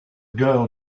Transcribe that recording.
girl